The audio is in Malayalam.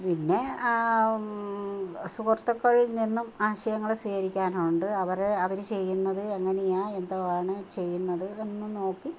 പിന്നെ സുഹൃത്തുക്കളിൽ നിന്നും ആശയങ്ങൾ സീകരിക്കാറുണ്ട് അവർ അവർ ചെയ്യുന്നത് എങ്ങനെയാണ് എന്തുവാണ് ചെയ്യുന്നത് എന്നു നോക്കി